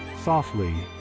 softly,